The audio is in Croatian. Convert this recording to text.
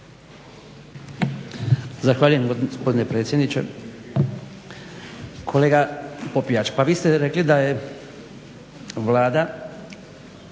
Zahvaljujem gospodine predsjedniče. Kolega Popijač, vi ste rekli da Vlada